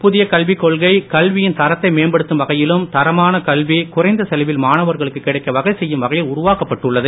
புதிய கல்விக் கொள்கை கல்வியின் தரத்தை மேம்படுத்தும் வகையிலும் தரமான கல்வி குறைந்த செலவில் மாணவர்களுக்கு கிடைக்க வகை செய்யும் வகையில் உருவாக்கப்பட்டு உள்ளது